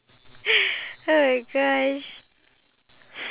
what's your motto that you live by